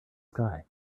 sky